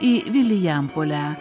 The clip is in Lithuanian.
į vilijampolę